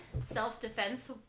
self-defense